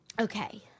Okay